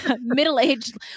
middle-aged